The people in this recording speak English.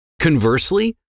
Conversely